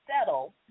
settle